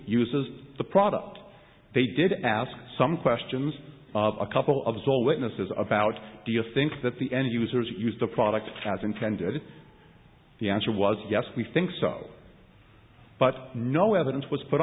uses the product they did ask some questions of a couple of dull witnesses about do you think that the end users use the product as intended if the answer was yes we think so but no evidence was put